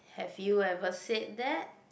have you ever said that